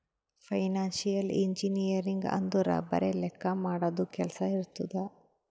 financial engineering ಅಂದುರ್ ಬರೆ ಲೆಕ್ಕಾ ಮಾಡದು ಕೆಲ್ಸಾ ಇರ್ತುದ್